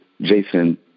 Jason